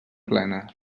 plena